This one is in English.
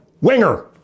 Winger